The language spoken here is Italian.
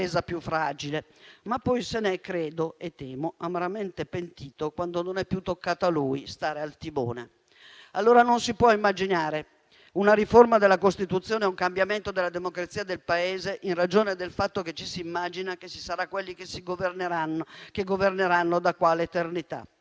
ma poi se ne è - credo e temo - amaramente pentito quando non è più toccato a lui stare al timone. Non si può immaginare una riforma della Costituzione e un cambiamento della democrazia del Paese in ragione del fatto che ci si immagina che si sarà quelli che governeranno da qui all'eternità.